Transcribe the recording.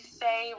say